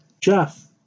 Jeff